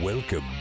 Welcome